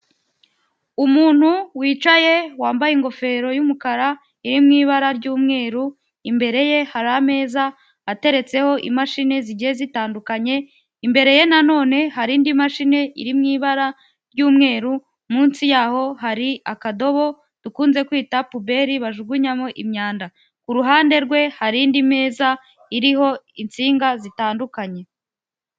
Umuntu wicaye wambaye ingofero y'umukara iri mu ibara ry'umweru, imbere ye hari ameza ateretseho imashini zigiye zitandukanye, imbere ye nanone hari indi mashini iri mu ibara ry'umweru munsi yaho hari akadobo dukunze kwita puberi bajugunyamo imyanda. Kuruhande rwe hari indi meza iriho insinga zitandukanye.